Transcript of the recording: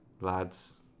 lads